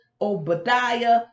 Obadiah